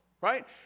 right